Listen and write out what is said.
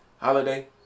Holiday